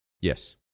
yes